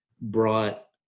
brought